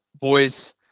boys